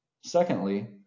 Secondly